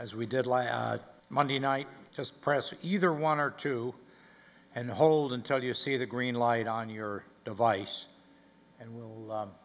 as we did last monday night just press either one or two and hold until you see the green light on your device and